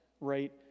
right